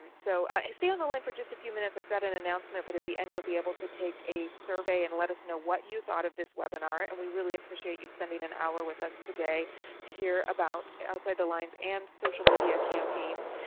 so and stay on the line for just a few minutes. i've got an announcement but at the end you will be able to take a survey and let us know what you thought of this webinar and we really appreciate you spending an hour with us today to hear about outside the lines and social media campaigns.